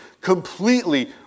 completely